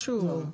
לא.